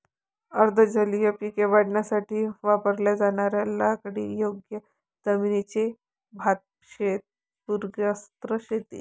अर्ध जलीय पिके वाढवण्यासाठी वापरल्या जाणाऱ्या लागवडीयोग्य जमिनीचे भातशेत पूरग्रस्त क्षेत्र